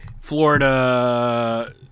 Florida